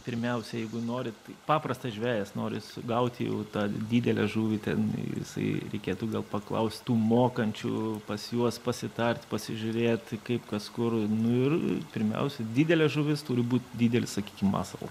pirmiausia jeigu nori tai paprastas žvejas nori sugauti jau tą didelę žuvį ten jisai reikėtų gal paklaust tų mokančių pas juos pasitart pasižiūrėt kaip kas kur nu ir pirmiausia didelė žuvis turi būt didelis sakykime masalas